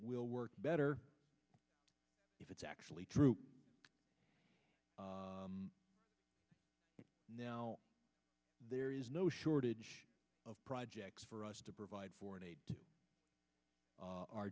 will work better if it's actually true now there is no shortage of projects for us to provide foreign aid to